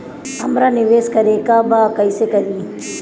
हमरा निवेश करे के बा कईसे करी?